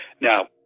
Now